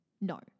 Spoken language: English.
No